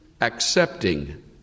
accepting